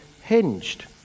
hinged